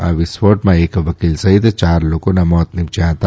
આ વિસ્ફોટમાં એક વકીલ સહિત ચાર લોકોના મોત નિ જયા હતા